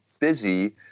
busy